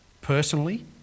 personally